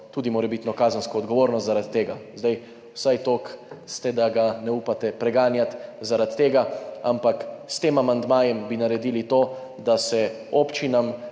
tudi morebitno kazensko odgovornost zaradi tega. Vsaj toliko ste, da ga ne upate preganjati zaradi tega, ampak s tem amandmajem bi naredili to, da se občinam